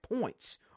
points